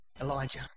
Elijah